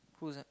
who's that